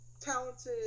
talented